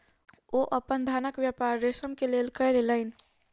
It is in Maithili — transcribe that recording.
ओ अपन धानक व्यापार रेशम के लेल कय लेलैन